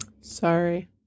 Sorry